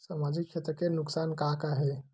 सामाजिक क्षेत्र के नुकसान का का हे?